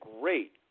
great